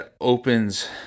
opens